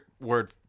word